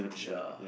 ya